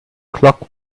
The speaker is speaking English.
clock